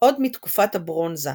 עוד מתקופת הברונזה,